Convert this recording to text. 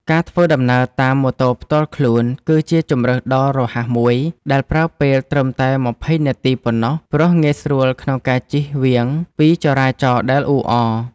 ការធ្វើដំណើរតាមម៉ូតូផ្ទាល់ខ្លួន គឺជាជម្រើសដ៏រហ័សមួយដែលប្រើពេលត្រឹមតែ ២០ នាទីប៉ុណ្ណោះ ព្រោះងាយស្រួលក្នុងការជិះវាងពីចរាចរណ៍ដែលអ៊ូអរ។